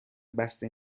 بسته